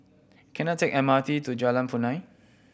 can I take M R T to Jalan Punai